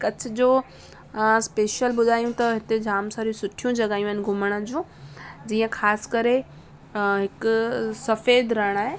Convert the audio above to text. कच्छ जो स्पेशल ॿुधायूं त हिते जाम सारियूं सुठियूं जॻहियूं आहिनि घुमण जूं जीअं ख़ासि करे हिकु सफ़ेद रणु आहे